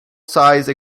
size